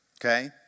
okay